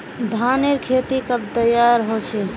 धानेर खेती कब तैयार होचे?